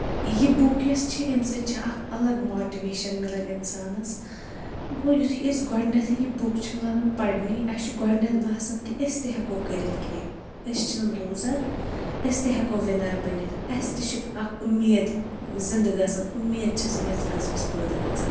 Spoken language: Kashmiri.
یہِ بُک یۄس چھِ امہِ سۭتۍ چھِ اکھ الگ ماٹِویشن مِلان انسانس گوٚو یُتھے أسۍ گۄڈنیٚتھے یہِ بُک چھِنہٕ لگن پرنہِ اسہِ چھُ گۄڈنیتھ باسان کہِ أسۍ تہِ ہیٚکو کٔرِتھ کینٛہہ أسۍ چھنہٕ لوزر أسۍ تہِ ہیٚکو وِنر بٔنِتھ اَسہِ تہِ چھِ اکھ امید زنٛدٕ گژھان امید چھِ سٲنِس دِلس منٛز پٲدٕ گژھان